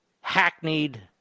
hackneyed